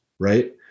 Right